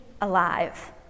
alive